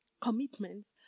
commitments